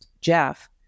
Jeff